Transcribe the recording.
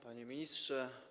Panie Ministrze!